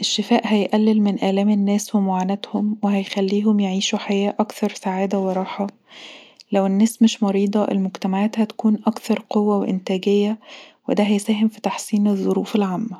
الشفاء هيقلل من آلام الناس ومعانتهم وهيخليهم يعيشوا حياة اكثر سعاده وراحه، لو الناس مش مريضه المجتمعات هتكون اكثر قوه وانتاجيه ودا هيساعد في تحسين الظروف العامه